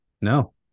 No